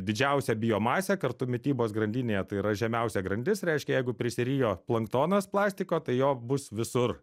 didžiausią biomasę kartu mitybos grandinėje tai yra žemiausia grandis reiškia jeigu prisirijo planktonas plastiko tai jo bus visur